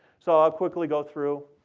so i'll i'll quickly go through.